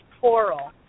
coral